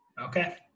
okay